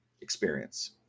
experience